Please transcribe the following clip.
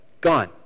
gone